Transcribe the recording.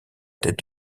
tête